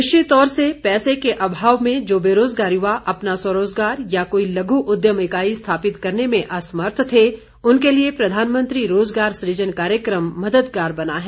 निश्चित तौर से पैसे के अभाव में जो बेरोजगार यूवा अपना स्वरोजगार या कोई लघू उद्यम इकाई स्थापित करने में असमर्थ थे उनके लिए प्रधानमंत्री रोजगार सुजन कार्यक्रम मददगार बना है